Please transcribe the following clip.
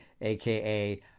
aka